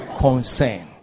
concern